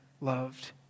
loved